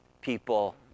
people